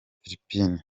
philippines